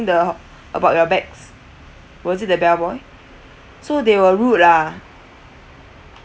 the about your bags was it a bellboy so they were rude ah